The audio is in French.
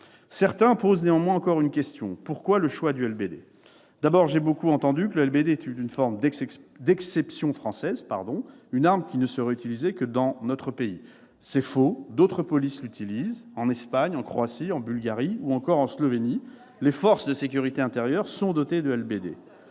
Certains posent néanmoins encore une question : pourquoi le choix du LBD ? D'abord, j'ai beaucoup entendu que le LBD était une forme d'exception française, une arme qui ne serait utilisée que dans notre pays : c'est faux ! D'autres polices l'utilisent. En Espagne, en Croatie, en Bulgarie ou encore en Slovénie, les forces de sécurité intérieures sont dotées de LBD.